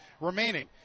remaining